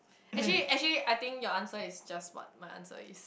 actually actually I think your answer is just what my answer is